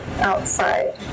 outside